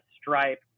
Stripe